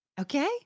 Okay